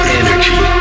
energy